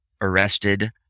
arrested